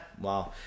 wow